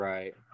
Right